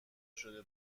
شده